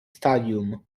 stadium